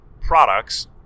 products